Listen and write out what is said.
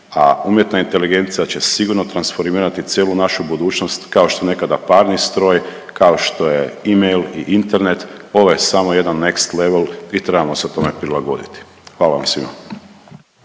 a umjetna inteligencija će sigurno transformirati cijelu našu budućnost kao što nekada parni stroj, kao što je email i Internet, ovo je samo jedan next levl i trebamo se tome prilagoditi. Hvala vam svima.